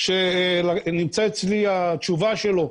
בחור שנמצאת אצלי התשובה שלו,